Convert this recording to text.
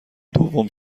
دوم